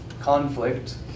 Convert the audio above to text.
conflict